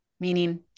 meaning